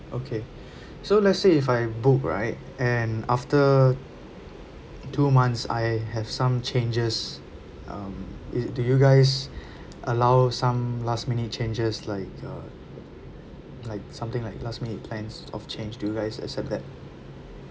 okay so let's say if I book right and after two months I have some changes um it do you guys allow some last minute changes like uh like something like last minute plans of change do guys accept that